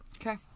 Okay